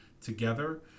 together